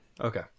Okay